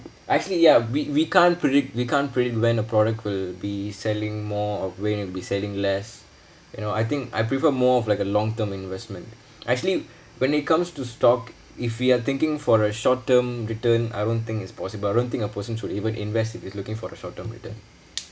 actually ya we we can't predict we can't predict when a product will be selling more or when it be selling less you know I think I prefer more of like a long term investment actually when it comes to stock if we are thinking for a short term return I don't think is possible I don't think a person should even invest if he's looking for a short term return